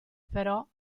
però